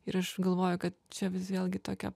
ir aš galvoju kad čia vis vėlgi tokia